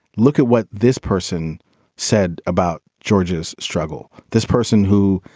look at what this person said about george's struggle. this person who,